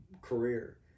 career